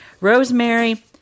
Rosemary